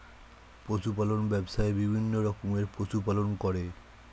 পশু পালন ব্যবসায়ে বিভিন্ন রকমের পশু পালন করে